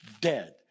dead